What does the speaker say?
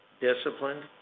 disciplined